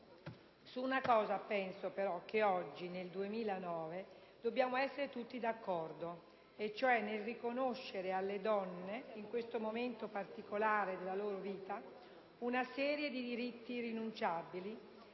Su una cosa penso però che oggi, nel 2009, dobbiamo essere tutti d'accordo, e cioè nel riconoscere alle donne, in questo momento particolare della loro vita, una serie di diritti irrinunciabili,